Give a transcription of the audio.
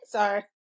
Sorry